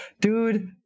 dude